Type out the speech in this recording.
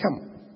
come